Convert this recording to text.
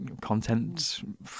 content